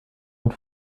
und